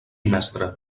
mestre